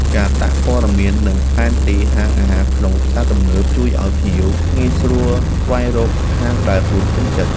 ការដាក់ព័ត៌មាននិងផែនទីហាងអាហារក្នុងផ្សារទំនើប ជួយឱ្យភ្ញៀវងាយស្រួលស្វែងរកហាងដែលខ្លួនពេញចិត្ត។